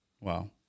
Wow